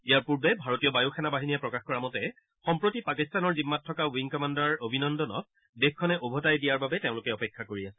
ইয়াৰ পূৰ্বে ভাৰতীয় বায়ু সেনা বাহিনীয়ে প্ৰকাশ কৰা মতে সম্প্ৰতি পাকিস্তানৰ জিম্মাত থকা উইং কামাণ্ডাৰ অভিনন্দনক দেশখনে ওভতাই দিয়াৰ বাবে তেওঁলোকে অপেক্ষা কৰি আছে